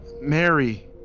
Mary